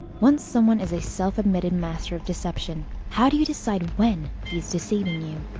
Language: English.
once someone is a self-admitted master of deception, how do you decide when he is deceiving you?